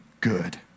good